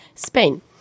Spain